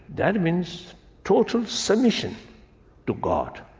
that means total submission to god.